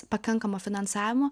pakankamo finansavimo